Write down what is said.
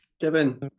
Kevin